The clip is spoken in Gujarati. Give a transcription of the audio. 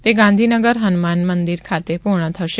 તે ગાંધીનગર હનુમાન મંદિર ખાતે પૂર્ણ થશે